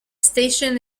station